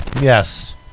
Yes